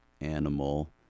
animal